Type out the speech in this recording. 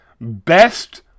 Best